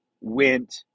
went